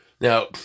Now